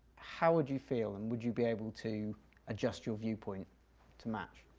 how would you feel and would you be able to adjust your viewpoint to match?